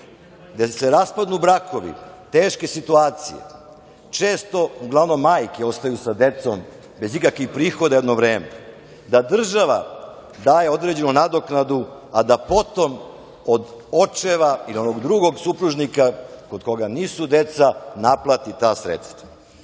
gde se raspadnu brakovi, teške situacije, često uglavnom majke ostaju sa decom bez ikakvih prihoda jedno vreme, da država daje određenu nadoknadu, a da potom od očeva ili onog drugog supružnika kod koga nisu deca naplati ta